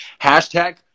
hashtag